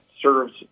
serves